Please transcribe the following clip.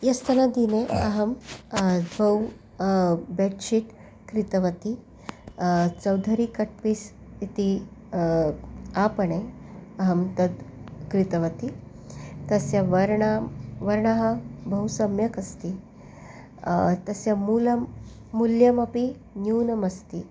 ह्यस्तनदिने अहं द्वौ बेड्शीट् क्रीतवती चौधरि कट् पीस् इति आपणे अहं तत् क्रीतवती तस्य वर्णः वर्णः बहु सम्यक् अस्ति तस्य मूल्यं मूल्यमपि न्यूनमस्ति